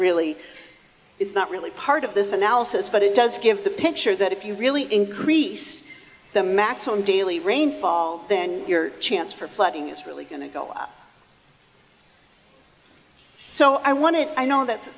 really it's not really part of this analysis but it does give the picture that if you really increase the maximum daily rainfall then your chance for flooding is really going to go so i wanted i know that's